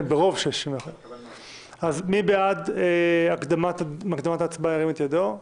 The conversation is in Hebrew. כן, ברוב של 61. מי בעד הקדמת הדיון, ירים את ידו.